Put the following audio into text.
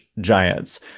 Giants